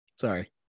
sorry